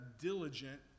diligent